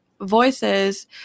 voices